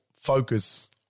focus